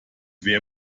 wer